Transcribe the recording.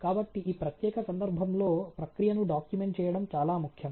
కాబట్టి ఈ ప్రత్యేక సందర్భంలో ప్రక్రియను డాక్యుమెంట్ చేయడం చాలా ముఖ్యం